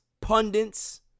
pundits